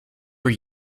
were